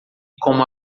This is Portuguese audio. como